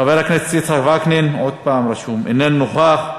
חבר הכנסת יצחק וקנין, עוד פעם רשום, איננו נוכח.